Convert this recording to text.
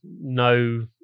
no